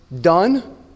done